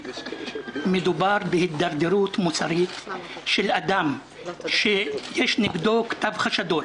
מדובר בהתדרדרות מוסרית של אדם שיש נגדו כתב חשדות,